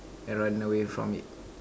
and run away from it